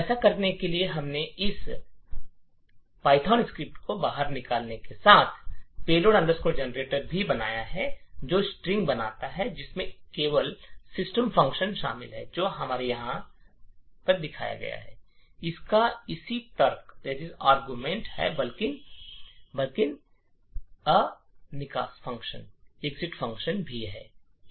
तो ऐसा करने के लिए हमने इस पायथन स्क्रिप्ट को बाहर निकलने के साथ payload generator भी बनाया है जो स्ट्रिंग बनाता है जिसमें न केवल सिस्टम फ़ंक्शन शामिल है जो हमारे यहां है और इसका इसी तर्क है बल्कि निकास फ़ंक्शन भी है